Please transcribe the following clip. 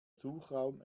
suchraum